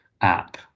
app